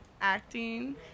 acting